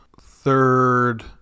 third